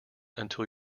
until